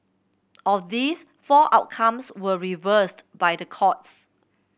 of these four outcomes were reversed by the courts